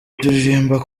turirimba